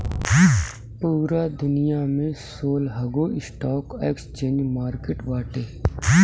पूरा दुनिया में सोलहगो स्टॉक एक्सचेंज मार्किट बाटे